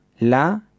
la